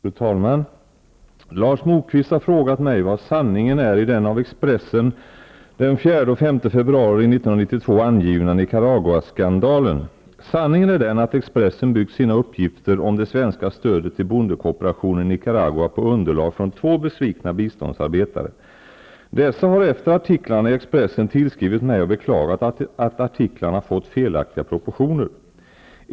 Fru talman! Lars Moquist har frågat mig vad sanningen är i den av Expressen den 4 och 5 februari 1992 angivna Nicaraguaskandalen. Sanningen är den att Expressen byggt sina uppgifter om det svenska stödet till bondekooperationen i Nicaragua på underlag från två besvikna bistånds arbetare. Dessa har efter artiklarna i Expressen tillskrivit mig och beklagat att artiklarna fått felaktiga proportioner.